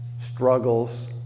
struggles